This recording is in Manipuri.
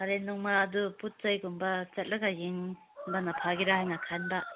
ꯐꯔꯦ ꯅꯣꯡꯃꯥ ꯑꯗꯨ ꯄꯣꯠ ꯆꯩꯒꯨꯝꯕ ꯆꯠꯂꯒ ꯌꯦꯡꯕꯅ ꯐꯒꯦꯔꯥ ꯍꯥꯏꯅ ꯈꯟꯕ